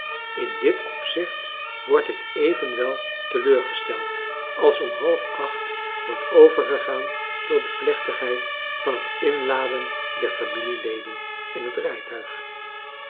in dit opzicht word ik evenwel teleurgesteld als om halfacht wordt overgegaan tot de plechtigheid van het inladen der familieleden in het rijtuig